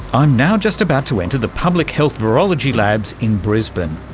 i'm now just about to enter the public health virology labs in brisbane.